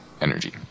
Energy